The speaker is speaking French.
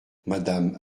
madame